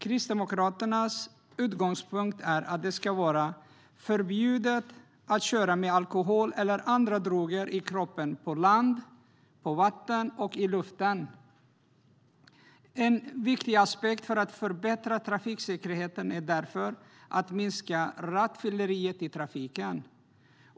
Kristdemokraternas utgångspunkt är att det ska vara förbjudet att köra med alkohol eller andra droger i kroppen på land, på vatten och i luften. En viktig aspekt för att förbättra trafiksäkerheten är därför att minska rattfylleriet i trafiken.